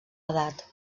edat